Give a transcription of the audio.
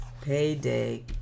payday